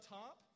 top